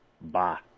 Bye